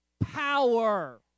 power